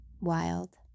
Wild